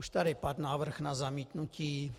Už tady padl návrh na zamítnutí.